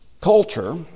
culture